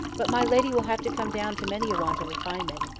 but my lady will have to come down to many a want of refinement.